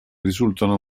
risultano